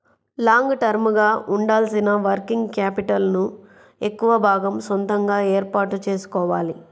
long term గా ఉండాల్సిన working capital ను ఎక్కువ భాగం సొంతగా ఏర్పాటు చేసుకోవాలి